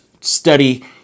study